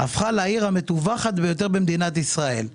הפכה לעיר המטווחת ביותר במדינת ישראל.